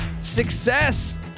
success